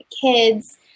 kids